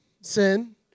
sin